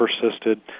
persisted